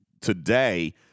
today